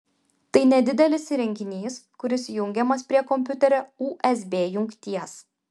tai nedidelis įrenginys kuris jungiamas prie kompiuterio usb jungties